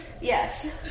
Yes